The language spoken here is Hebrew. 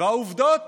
והעובדות